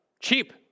cheap